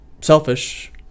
selfish